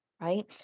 right